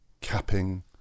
capping